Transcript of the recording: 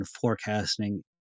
forecasting